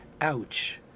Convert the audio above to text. Ouch